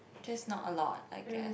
just not a lot I guess